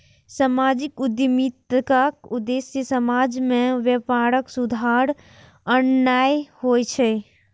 सामाजिक उद्यमिताक उद्देश्य समाज मे व्यापक सुधार आननाय होइ छै